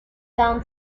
town